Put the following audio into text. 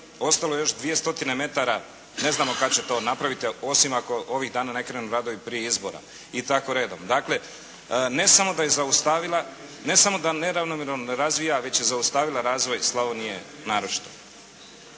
Ostalo je još 200 metara, ne znamo kada će to napraviti osim ako ovih dana ne krenu radovi prije izbora i tako redom. Dakle ne samo da je zaustavila, ne samo da neravnomjerno razvija već je zaustavila razvoj Slavonije naročito.